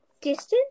Distance